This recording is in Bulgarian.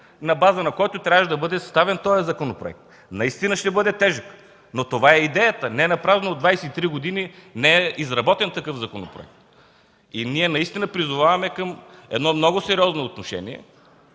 на чиято база трябваше да бъде съставен този законопроект. Наистина е тежък, но това е идеята. Ненапразно 23 години не е изработен такъв законопроект. Ние призоваваме към много сериозно отношение,